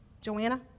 Joanna